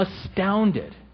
astounded